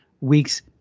week's